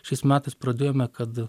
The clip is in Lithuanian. šiais metais pradėjome kad